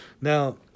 Now